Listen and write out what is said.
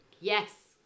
Yes